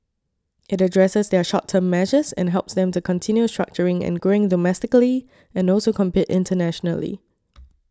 it addresses their short term measures and helps them to continue structuring and growing domestically and also compete internationally